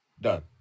done